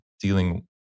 dealing